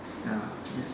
ya yes